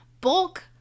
bulk